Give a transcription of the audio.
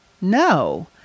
No